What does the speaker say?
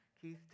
Keith